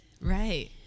Right